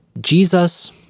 Jesus